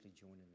joining